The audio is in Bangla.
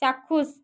চাক্ষুষ